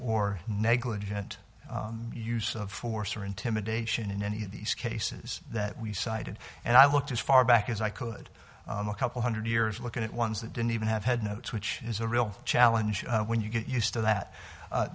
or negligent use of force or intimidation in any of these cases that we cited and i looked as far back as i could couple hundred years looking at ones that didn't even have had notes which is a real challenge when you get used to that